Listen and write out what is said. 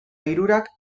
hirurak